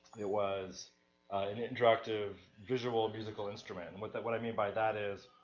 it was an interactive visual musical instrument, and what that, what i mean by that is,